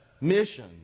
mission